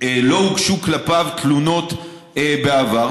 לא הוגשו כלפיו תלונות בעבר,